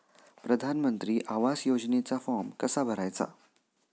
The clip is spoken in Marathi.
प्रधानमंत्री आवास योजनेचा फॉर्म कसा भरायचा?